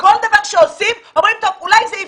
כל דבר שעושים, אומרים שאולי זה יפגע.